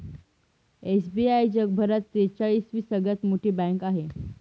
SBI जगभरात त्रेचाळीस वी सगळ्यात मोठी बँक आहे